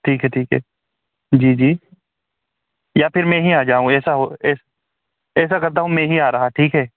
ठीक है ठीक है जी जी या फिर मैं ही आ जाऊं ऐसा हो करता हूँ मैं ही आ रहा ठीक है